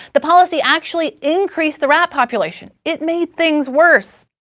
the policy actually increased the rat population. it made things worse.